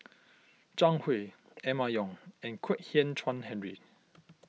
Zhang Hui Emma Yong and Kwek Hian Chuan Henry